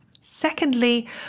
Secondly